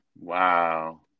wow